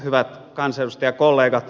hyvät kansanedustajakollegat